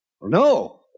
no